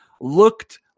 looked